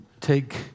take